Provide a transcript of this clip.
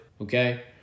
okay